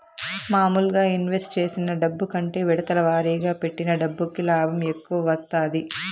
మాములుగా ఇన్వెస్ట్ చేసిన డబ్బు కంటే విడతల వారీగా పెట్టిన డబ్బుకి లాభం ఎక్కువ వత్తాది